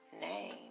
name